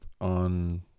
on